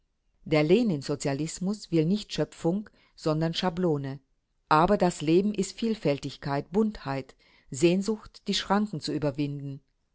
der lenin-sozialismus will nicht schöpfung sondern schablone aber das leben ist vielfältigkeit buntheit sehnsucht die schranken zu überwinden